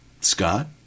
Scott